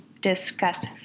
discuss